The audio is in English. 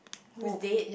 who is dead